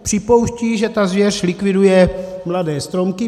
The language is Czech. Připouštějí, že ta zvěř likviduje mladé stromky.